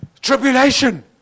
Tribulation